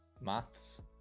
Maths